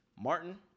Martin